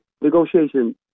negotiation